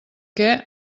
què